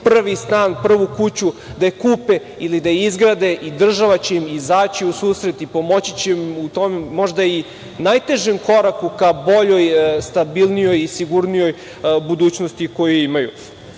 prvi stan, prvu kuću, da je kupe ili da je izgrade i država će im izaći u susret i pomoći će im u tom možda i najtežem koraku ka boljoj, stabilnijoj i sigurnijoj budućnosti koju imaju. Ovo